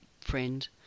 friend